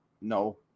No